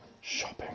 shopping